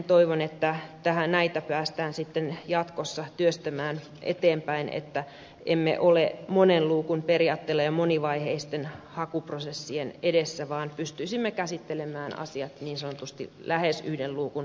toivon että näitä päästään sitten jatkossa työstämään eteenpäin että emme ole monen luukun periaatteella ja monivaiheisten hakuprosessien edessä vaan pystyisimme käsittelemään asiat niin sanotusti lähes yhden luukun periaatteella